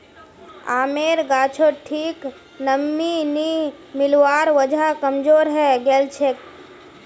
आमेर गाछोत ठीक नमीं नी मिलवार वजह कमजोर हैं गेलछेक